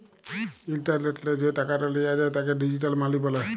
ইলটারলেটলে যে টাকাট লিয়া যায় তাকে ডিজিটাল মালি ব্যলে